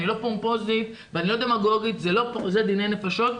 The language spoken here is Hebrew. אני לא פומפוזית ולא דמגוגית, זה דיני נפשות.